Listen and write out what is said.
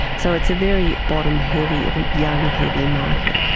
so it's a very bottom-heavy or young-heavy market.